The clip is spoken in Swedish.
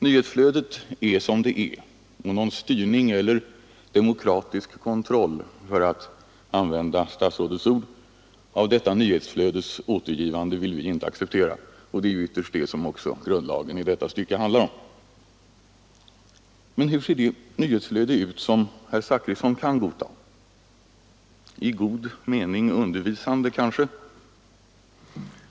Nyhetsflödet är som det är, och någon styrning och ”demokratisk kontroll”, för att använda statsrådets ord, av detta nyhetsflödes återgivande vill vi inte acceptera. Det är också ytterst det som grundlagen i detta stycke handlar om. Men hur ser det nyhetsflöde ut som herr Zachrisson kan godta? ”I god mening undervisande” kanske?